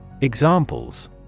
Examples